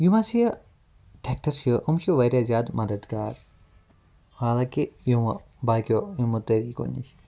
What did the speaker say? یِم حٕظ یہِ ٹریٚکٹَر چھِ یِم چھِ واریاہ زیادٕ مَدَد گار حالانٛکہِ یِم وۄنۍ باقیَو یِمو طریٖقو نِش